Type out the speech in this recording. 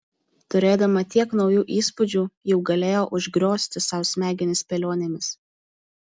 turėdama tiek naujų įspūdžių jau galėjo užgriozti sau smegenis spėlionėmis